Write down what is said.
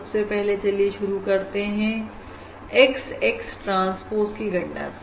सबसे पहले चलिए शुरू करते हैं X X ट्रांसपोज की गणना से